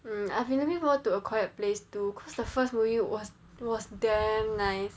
mmhmm I've been looking forward to a quiet place to cause the first movie was was damn nice